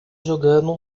jogando